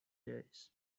days